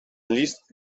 list